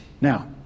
Now